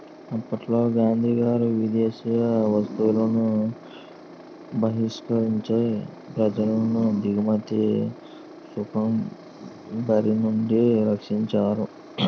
అప్పట్లో గాంధీగారు విదేశీ వస్తువులను బహిష్కరించి ప్రజలను దిగుమతి సుంకం బారినుండి రక్షించారు